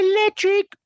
Electric